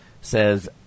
says